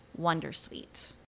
wondersuite